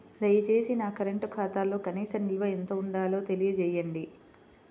దయచేసి నా కరెంటు ఖాతాలో కనీస నిల్వ ఎంత ఉండాలో తెలియజేయండి